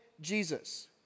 Jesus